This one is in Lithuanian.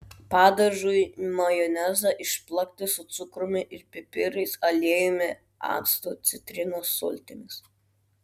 padažui majonezą išplakti su cukrumi ir pipirais aliejumi actu citrinos sultimis